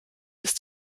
ist